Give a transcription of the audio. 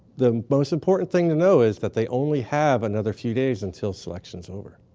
the most important thing to know is that they only have another few days until selection is over.